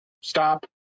stop